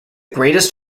greatest